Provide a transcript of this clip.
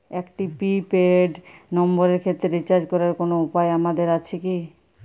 একটি pre paid নম্বরের ক্ষেত্রে রিচার্জ করার কোনো উপায় কি আমাদের আছে?